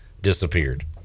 disappeared